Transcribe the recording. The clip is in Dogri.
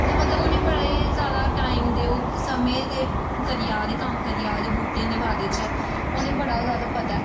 इ'यां मतलब उ'नेंगी बड़ा जैदा टाइम दे ओह् समें दे करी जारदे कम्म करी जारदे बूह्टें दे बारे च उ'नेंगी बड़ा जैदा पता ऐ